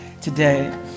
today